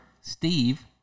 Steve